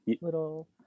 little